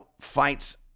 fights